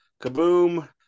Kaboom